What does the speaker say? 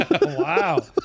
Wow